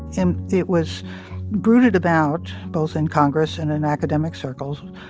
and it was brooded about, both in congress and in academic circles,